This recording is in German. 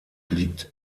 liegt